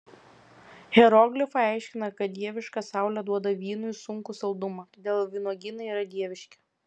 hieroglifai aiškina kad dieviška saulė duoda vynui sunkų saldumą todėl vynuogynai yra dieviški